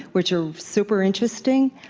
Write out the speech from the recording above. which are super interesting.